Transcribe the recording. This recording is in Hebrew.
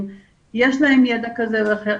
יש להן ידע כזה ואחר,